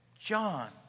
John